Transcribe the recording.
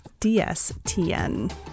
DSTN